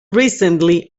recently